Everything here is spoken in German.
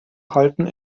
halten